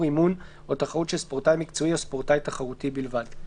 אימון או תחרות של ספורטאי מקצועי או ספורטאי תחרותי בלבד,".